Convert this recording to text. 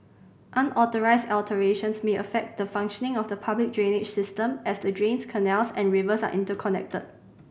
unauthorised alterations may affect the functioning of the public drainage system as the drains canals and rivers are interconnected